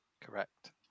Correct